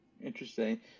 Interesting